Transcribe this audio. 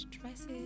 dresses